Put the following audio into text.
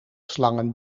slangen